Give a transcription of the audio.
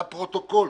לפרוטוקול.